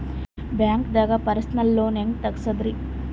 ಬ್ಯಾಂಕ್ದಾಗ personal loan ಹೆಂಗ್ ತಗ್ಸದ್ರಿ?